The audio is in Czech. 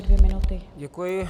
Děkuji.